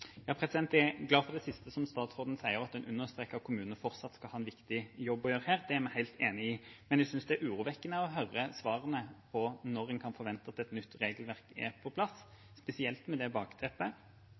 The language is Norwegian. Jeg er glad for det siste statsråden sier, og at hun understreker at kommunene fortsatt skal ha en viktig jobb å gjøre her. Det er vi helt enig i. Men jeg synes det er urovekkende å høre svarene på når en kan forvente at et nytt regelverk er på plass,